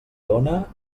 dóna